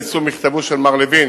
נושא מכתבו של מר לוין,